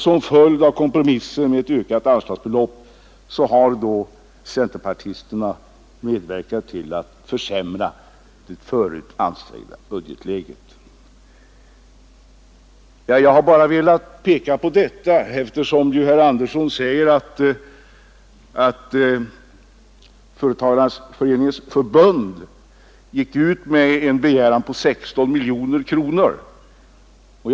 Som följd av kompromissen som innebär ett ökat anslagsbelopp har då Nr 42 centerpartisterna medverkat till att försämra det redan förut ansträngda Torsdagen den budgetläget. 16 mars 1972 Jag har bara velat peka på detta eftersom herr Andersson säger att Företagareföreningarnas förbund gick ut med en begäran om 16 miljoner Bidrag till företagare kronor.